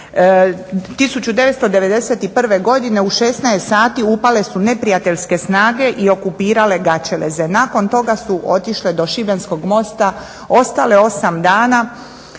1991. godine u 16 sati upale su neprijateljske snage i okupirale Gaćeleze. Nakon toga su otišle do šibenskog mosta, ostale 8 dana